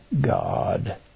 God